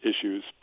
issues